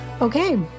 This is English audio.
Okay